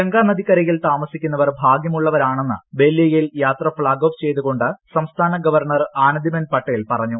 ഗംഗ നദിക്കരയിൽ താമസിക്കുന്നവർ ഭാഗ്യമുള്ളവരാണെന്ന് ബല്ലിയയിൽ യാത്ര ഫ്ളാഗ് ഓഫ് ചെയ്ത് കൊണ്ട് സംസ്ഥാന ഗവർണർ ആനന്ദിബെൻ പട്ടേൽ പറഞ്ഞു